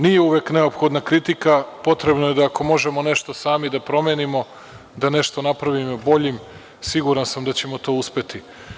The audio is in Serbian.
Nije uvek neophodna kritika, potrebno je da ako možemo nešto sami promenimo, da nešto napravimo boljim i siguran sam da ćemo to uspeti.